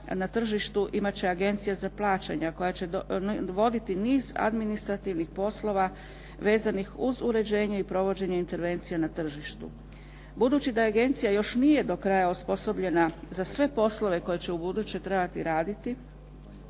na tržištu imat će agencija za plaćanja koja će voditi niz administrativnih poslova vezanih uz uređenje i provođenje intervencija na tržištu. Budući da agencija nije još do kraja osposobljena, za sve poslove koje će ubuduće trebati raditi,